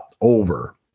over